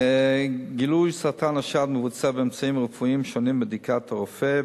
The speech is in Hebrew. גילוי סרטן השד מבוצע באמצעים רפואיים שונים: בדיקת רופא,